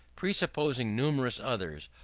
presupposing numerous others,